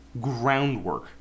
groundwork